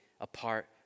apart